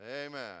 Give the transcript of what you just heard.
amen